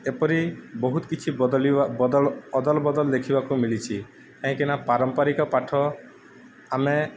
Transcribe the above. ଏପରି ବହୁତ କିଛି ବଦଳିବା ବଦଳ ଅଦଲ ବଦଲ ଦେଖିବାକୁ ମିଳିଛି କାହିଁକିନା ପାରମ୍ପାରିକ ପାଠ ଆମେ